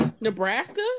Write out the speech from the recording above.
Nebraska